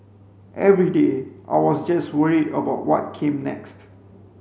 every day I was just worried about what came next